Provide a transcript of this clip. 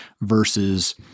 versus